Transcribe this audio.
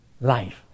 life